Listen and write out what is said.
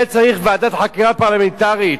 זה צריך ועדת חקירה פרלמנטרית.